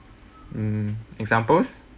mm examples